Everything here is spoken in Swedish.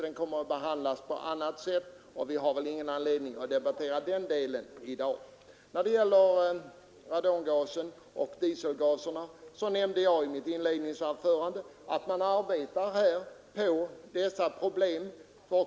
Den kommer att behandlas i annat sammanhang, och vi har ingen anledning att debattera den frågan i dag. Jag sade i mitt inledningsanförande att man arbetar med de problem som hänger samman med radongas och dieselgaser.